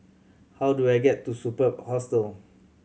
how do I get to Superb Hostel